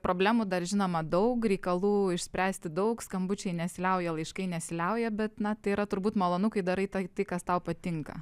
problemų dar žinoma daug reikalų išspręsti daug skambučiai nesiliauja laiškai nesiliauja bet na tai yra turbūt malonu kai darai tai tai kas tau patinka